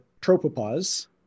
tropopause